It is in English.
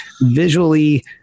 visually